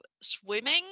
swimming